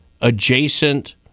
adjacent